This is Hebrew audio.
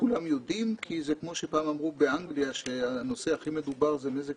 כולם יודעים כי זה כמו שפעם אמרו באנגליה שהנושא הכי מדובר זה מזג